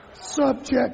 subject